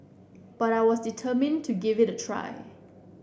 but I was determined to give it a try